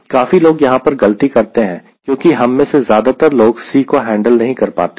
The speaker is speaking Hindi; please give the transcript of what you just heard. काफी लोग यहां पर गलती करते हैं क्योंकि हम में से ज्यादातर लोग C को हैंडल नहीं कर पाते हैं